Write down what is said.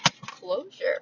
closure